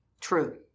True